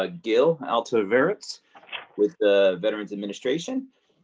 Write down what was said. ah gil alto veritas with the veterans administration.